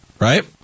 right